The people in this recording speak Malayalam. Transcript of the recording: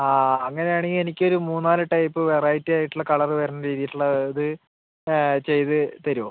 ആ അങ്ങനെയാണെങ്കിൽ എനിക്കൊരു മൂന്നാല് ടൈപ്പ് വെറൈറ്റി ആയിട്ടുള്ള കളറ് വരണ രീതിയിലുള്ള ഇത് ചെയ്ത് തരുവോ